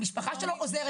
המשפחה שלו עוזרת לו.